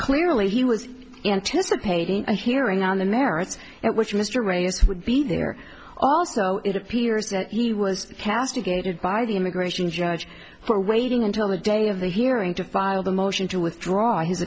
clearly he was anticipating a hearing on the merits at which mr reyes would be there also it appears that he was castigated by the immigration judge for waiting until the day of the hearing to file the motion to withdraw his